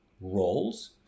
roles